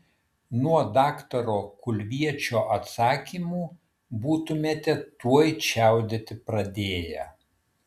nuo daktaro kulviečio atsakymų būtumėte tuoj čiaudėti pradėję